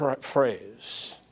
phrase